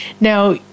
Now